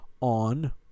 On